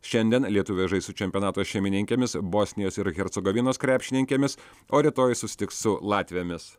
šiandien lietuvės žais su čempionato šeimininkėmis bosnijos ir hercogovinos krepšininkėmis o rytoj susitiks su latvėmis